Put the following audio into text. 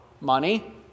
Money